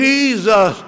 Jesus